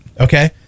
Okay